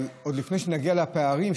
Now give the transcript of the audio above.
אבל עוד לפני שנגיע לפערים,